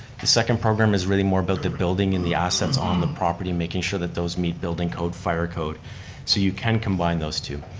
the second program is really more about the building and the assets on the property, making sure that those meet building code fire code. so you can combine those two.